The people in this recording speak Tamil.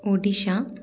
ஒடிஷா